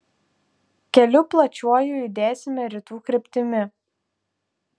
keliu plačiuoju judėsime rytų kryptimi